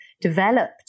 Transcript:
developed